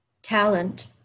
Talent